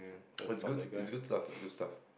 but it's good it's good stuff it's good stuff